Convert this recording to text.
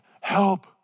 help